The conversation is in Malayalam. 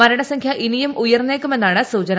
മരണസംഖ്യ ഇനിയും ഉയർന്നേയ്ക്കുമെന്നാണ് സൂചന